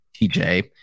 TJ